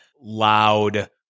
loud